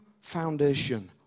foundation